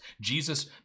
Jesus